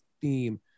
theme